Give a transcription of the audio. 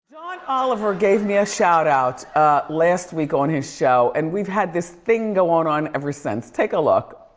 john oliver gave me a shout out last week on his show and we've had this thing going on ever since, take a look.